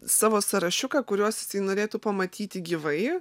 savo sąrašiuką kuriuos jisai norėtų pamatyti gyvai